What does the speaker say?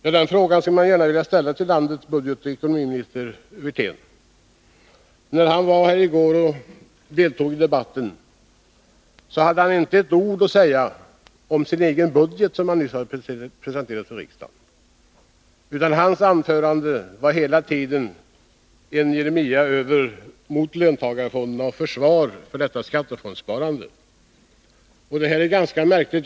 Det är en fråga som jag gärna skulle vilja ställa till landets ekonomioch budgetminister Wirtén. När han i går deltog i debatten, hade han inte ett ord att säga om sin egen budget, som han nyss presenterat för riksdagen. Hans anförande var en allmän jeremiad mot löntagarfonder och ett försvar för skattefondssparandet. Det är ganska märkligt.